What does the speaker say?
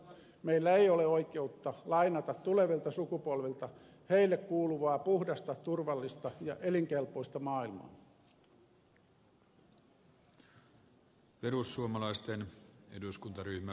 meillä ei ole oikeutta lainata tulevilta sukupolvilta heille kuuluvaa puhdasta turvallista ja elinkelpoista maailmaa